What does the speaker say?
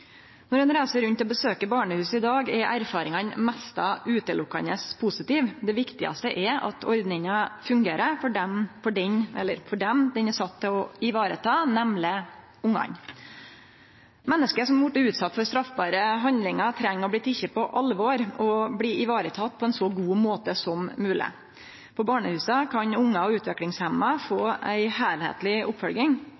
Når ein reiser rundt og besøkjer barnehus i dag, er erfaringane nesten utelukkande positive. Det viktigaste er at ordninga fungerer for dei ho er sett til å ta vare på, nemleg ungane. Menneske som er vortne utsette for straffbare handlingar, treng å bli tekne på alvor og bli tekne vare på på ein så god måte som mogleg. På barnehusa kan ungar og utviklingshemma